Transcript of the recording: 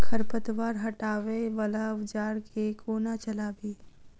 खरपतवार हटावय वला औजार केँ कोना चलाबी?